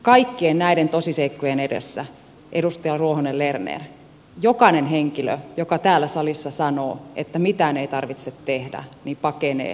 kaikkien näiden tosiseikkojen edessä edustaja ruohonen lerner jokainen henkilö joka täällä salissa sanoo että mitään ei tarvitse tehdä pakenee vastuutaan